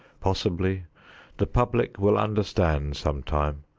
possibly the public will understand sometime,